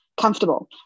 comfortable